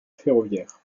ferroviaire